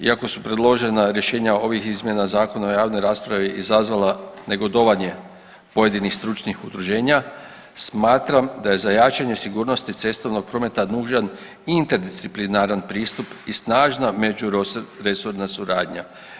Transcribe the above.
Iako su predložena rješenja ovih izmjena zakona u javnoj raspravi izazvala negodovanje pojedinih stručnih udruženja, smatram da je za jačanje sigurnosti cestovnog prometa nužan i interdisciplinaran pristup i snažna među resorna suradnja.